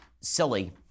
silly